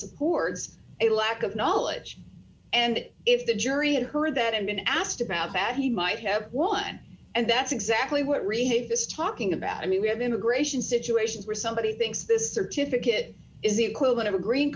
supports a lack of knowledge and if the jury had heard that and been asked about that he might have won and that's exactly what read this talking about i mean we have immigration situations where somebody thinks this certificate is the equivalent of a green